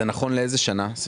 זה נכון לאיזו שנה?